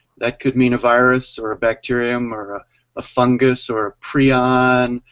that could mean a virus, or a bacterium, or ah a fungus, or preon,